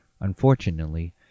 Unfortunately